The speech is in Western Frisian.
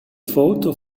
foto